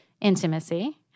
intimacy